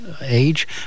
age